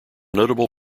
notable